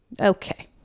Okay